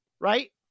Right